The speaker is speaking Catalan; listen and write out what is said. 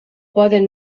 poden